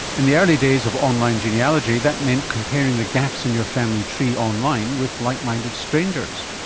in the early days of online genealogy that meant comparing the gaps in your family tree online with like-minded strangers.